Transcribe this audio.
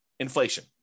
Inflation